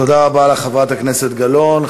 תודה רבה לך, חברת הכנסת גלאון.